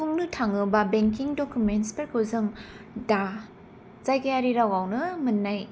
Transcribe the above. बुंनो थाङोबा बेंकिं डुकुमेन्टसफोरखौ जों दा जायगायारि रावावनो मोन्नाय